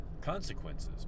consequences